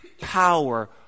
power